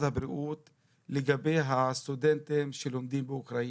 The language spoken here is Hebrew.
הבריאות לגבי הסטודנטים שלומדים באוקראינה.